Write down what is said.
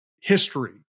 history